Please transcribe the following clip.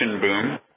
boom